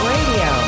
Radio